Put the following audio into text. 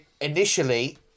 Initially